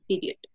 period